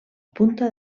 punta